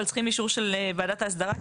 אבל צריכים אישור של ועדת האסדרה,